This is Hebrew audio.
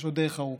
יש עוד דרך ארוכה.